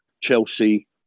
Chelsea